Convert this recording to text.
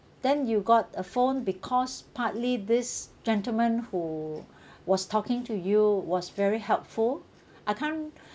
then you got a phone because partly this gentleman who was talking to you was very helpful I can't